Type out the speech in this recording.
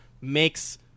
makes